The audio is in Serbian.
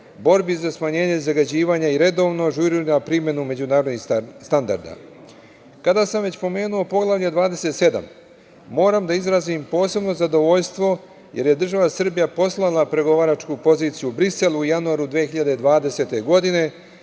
borbi za smanjenje zagađivanja i redovno ažurira primenu međunarodnih standarda. Kada sam već spomenuo Poglavlje 27, moram da izrazim posebno zadovoljstvo, jer je država Srbija poslala pregovaračku poziciju Briselu u januaru 2020. godine